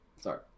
Sorry